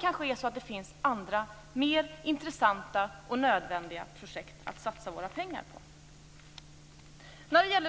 Kanske finns det andra, mer intressanta och nödvändiga, projekt att satsa våra pengar på.